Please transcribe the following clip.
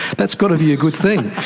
that's got to be a good thing.